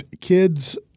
kids